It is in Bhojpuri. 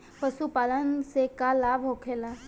पशुपालन से का लाभ होखेला?